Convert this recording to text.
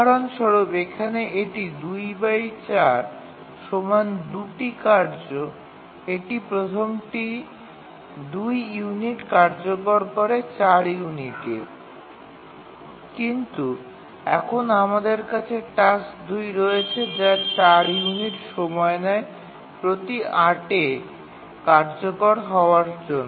উদাহরণস্বরূপ এখানে এটি ২৪ ২ টি কার্য এটি প্রথমটি ২ ইউনিট কার্যকর করে ৪ ইউনিটে কিন্তু এখন আমাদের কাছে টাস্ক ২ রয়েছে যা ৪ ইউনিট সময় নেয় প্রতি ৮ এ কার্যকর হওয়ার জন্য